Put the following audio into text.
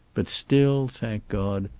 but still, thank god,